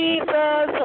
Jesus